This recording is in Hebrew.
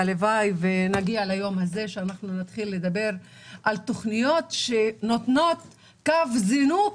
והלוואי ונגיע ליום הזה שנתחיל לדבר על תכניות שנותנות קו זינוק